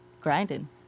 grinding